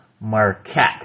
Marquette